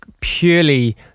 purely